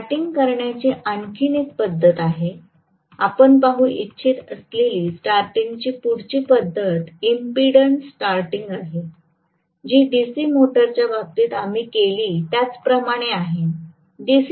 starting करण्याची आणखी एक पद्धत आहे आपण पाहू इच्छित असलेली स्टार्टींगची पुढील पद्धत इम्पीडन्स स्टार्टींग आहे जी डीसी मोटरच्या बाबतीत आम्ही केली त्याप्रमाणेच आहे